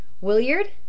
Williard